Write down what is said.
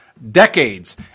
decades